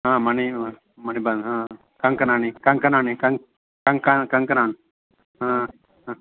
हा मणिः मणिबन्धः हा कङ्कणानि कङ्कणानि कङ्क् कङ्कणानि हा